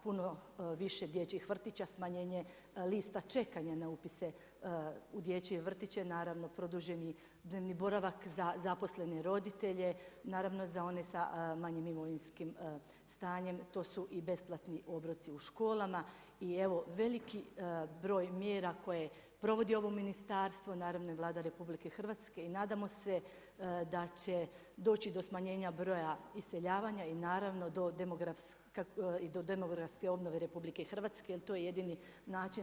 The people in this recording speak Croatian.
Puno više dječjih vrtića, smanjenje liste čekanja na upise u dječje vrtiće, naravno produženi dnevni boravak za zaposlene roditelje, naravno za one sa manjim imovinskim stanjem, to su i besplatni obroci u školama, i evo, veliki broj mjera koje provodi ovo ministarstvo, naravno i Vlada Republike Hrvatske i nadamo se da će doći do smanjenja broja iseljavanja i naravno, do demografske obnove RH, to jer to je jedini način